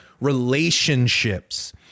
relationships